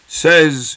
says